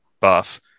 buff